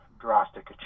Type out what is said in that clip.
drastic